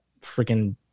freaking